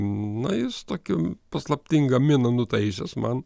na jis tokią paslaptingą miną nutaisęs man